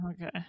Okay